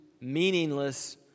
meaningless